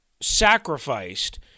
sacrificed